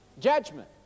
judgment